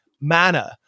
Manner